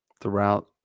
throughout